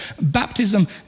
baptism